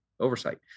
Oversight